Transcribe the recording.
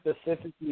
specifically